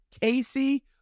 Casey